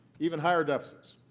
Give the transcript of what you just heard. even higher deficits.